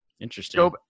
interesting